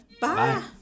bye